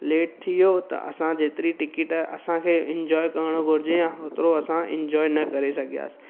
late थी वियो त असां जेतिरी टिकट असांखे इंजॉय करणु घुरिजे आ होतिरो असां इंजॉय न करे सघियासीं